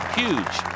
huge